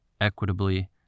equitably